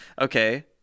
okay